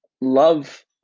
love